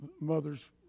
mothers